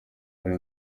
hari